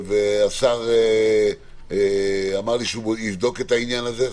השר אמר לי שהוא יבדוק את העניין הזה.